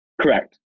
Correct